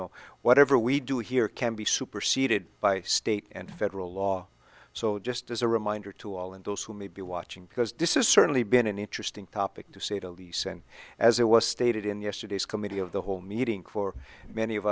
know whatever we do here can be superceded by state and federal law so just as a reminder to to all and those who may be watching because disses certainly been an interesting topic to seattle decent as it was stated in yesterday's committee of the whole meeting for many of